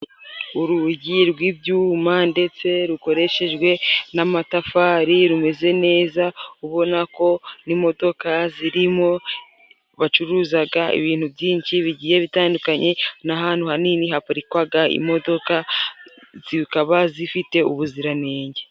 Urugi rw'ibyuma ndetse rukoreshejwe n'amatafari rumeze neza, ubona ko n'imodoka zirimo, bacuruzaga ibintu byinshi bigiye bitandukanye, ni ahantutu hanini haparikwaga imodoka, zikaba zifite ubuziranenge.